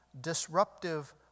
Disruptive